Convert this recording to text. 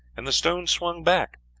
and the stone swung back,